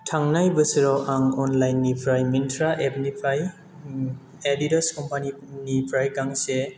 थांनाय बोसोराव आं अनलाइननिफ्राय मिन्ट्रा एपनिफ्राय एडिडास कम्पानिनिफ्राय गांसे